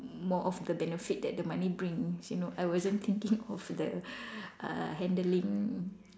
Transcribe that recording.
more of the benefit that the money brings you know I wasn't thinking of the uh handling